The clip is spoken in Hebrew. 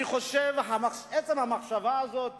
אני חושב שעצם המחשבה הזאת